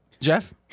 Jeff